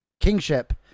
kingship